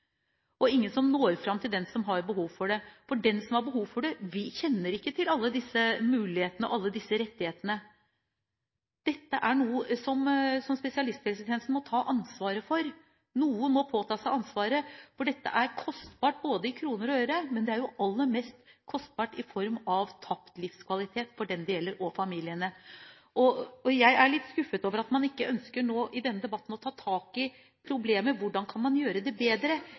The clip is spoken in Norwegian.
og ingen som når fram til den som har behov for det, for den som har behov for det, kjenner ikke til alle disse mulighetene og rettighetene. Dette er noe som spesialisthelsetjenesten må ta ansvaret for. Noen må påta seg ansvaret. For dette er kostbart både i kroner og øre, men aller mest er det kostbart i form av tapt livskvalitet for dem det gjelder og familiene. Jeg er litt skuffet over at man i denne debatten ikke ønsker å ta tak i problemet: Hvordan kan man gjøre det bedre?